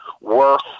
worth